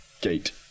gate